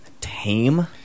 tame